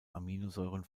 aminosäuren